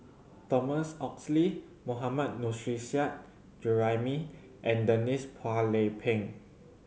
Thomas Oxley Mohammad Nurrasyid Juraimi and Denise Phua Lay Peng